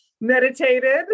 meditated